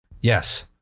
Yes